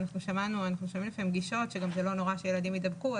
שומעים גישות האומרות שלא נורא שילדים יידבקו.